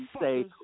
say